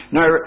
Now